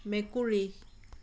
মেকুৰী